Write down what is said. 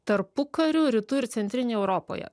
tarpukariu rytų ir centrinėj europoje